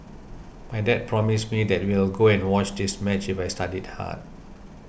my dad promised me that we will go and watch this match if I studied hard